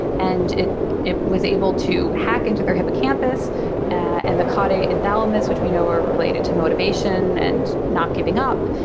and it it was able to hack into their hippocampus and the cottae and thalamus, which we know are related to motivation and not giving up.